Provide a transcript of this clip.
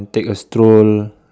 uh and take a stroll